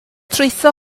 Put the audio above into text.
trwytho